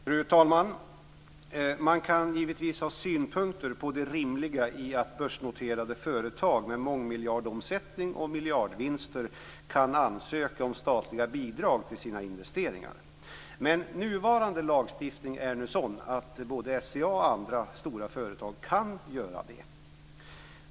Fru talman! Man kan givetvis ha synpunkter på det rimliga i att börsnoterade företag med mångmiljardomsättning och miljardvinster kan ansöka om statliga bidrag för sina investeringar. Men nuvarande lagstiftning är nu sådan att både SCA och andra stora företag kan göra det.